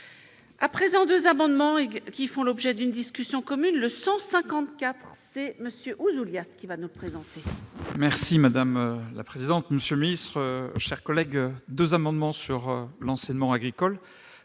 à présent, 2 amendements qui font l'objet d'une discussion commune le 154 c'est monsieur Ouzoulias ce qui va nous présente. Merci madame la présidente, monsieur le ministre, chers collègues, 2 amendements sur l'enseignement agricole